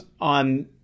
on